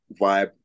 vibe